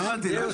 לא הבנתי.